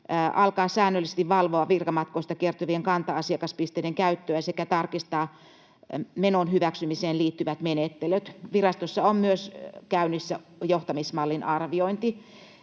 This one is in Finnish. alkaa säännöllisesti valvoa virkamatkoista kertyvien kanta-asiakaspisteiden käyttöä sekä tarkistaa menon hyväksymiseen liittyvät menettelyt. Virastossa on myös käynnissä johtamismallin arviointi.